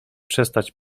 przestać